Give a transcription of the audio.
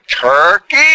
turkey